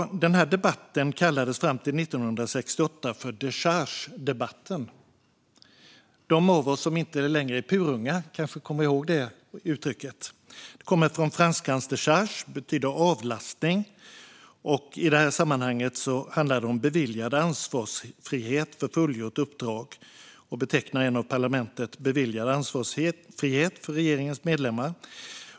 Den här debatten kallades fram till 1968 för dechargedebatten. De av oss som inte längre är purunga kanske kommer ihåg detta uttryck; det kommer från franskans "décharge", som betyder "avlastning". I detta sammanhang handlar det om beviljad ansvarsfrihet för fullgjort uppdrag och betecknar en av parlamentet beviljad ansvarsfrihet för regeringens medlemmar.